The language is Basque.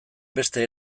beste